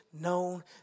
known